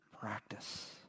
practice